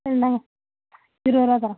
இந்தாங்க இருபத்ருவா தரோம்